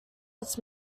its